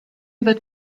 that